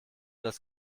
das